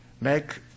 make